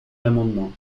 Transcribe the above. l’amendement